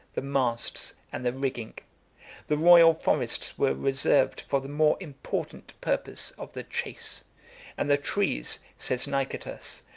the masts, and the rigging the royal forests were reserved for the more important purpose of the chase and the trees, says nicetas,